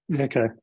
okay